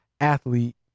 athlete